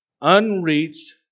unreached